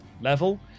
level